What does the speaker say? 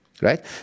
right